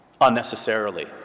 unnecessarily